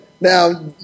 Now